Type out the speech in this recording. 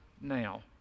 now